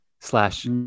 slash